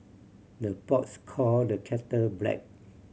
the pots call the kettle black